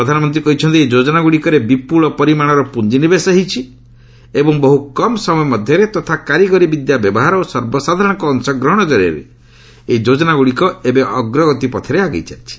ପ୍ରଧାନମନ୍ତ୍ରୀ କହିଛନ୍ତି ଏହି ଯୋଜନାଗୁଡ଼ିକରେ ବିପୁଳ ପରିମାଣର ପୁଞ୍ଜିନିବେଶ ହୋଇଛି ଏବଂ ବହୁ କମ୍ ସମୟ ମଧ୍ୟରେ ତଥା କାରିଗରୀ ବିଦ୍ୟାର ବ୍ୟବହାର ଓ ସର୍ବସାଧାରଣଙ୍କ ଅଂଶଗ୍ରହଣଙ୍କ ଜରିଆରେ ଏହି ଯୋଜନାଗୁଡ଼ିକ ଏବେ ଅଗ୍ରଗତି ପଥରେ ଆଗେଇ ଚାଲିଛି